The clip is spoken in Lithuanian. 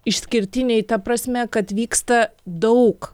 išskirtiniai ta prasme kad vyksta daug